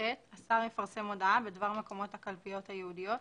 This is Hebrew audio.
(ח)השר יפרסם הודעה בדבר מקומות הקלפיות הייעודיות,